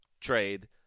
Trade